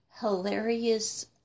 hilarious